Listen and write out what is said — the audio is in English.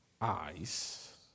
eyes